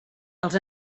els